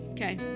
Okay